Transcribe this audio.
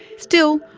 still,